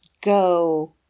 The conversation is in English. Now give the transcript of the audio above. go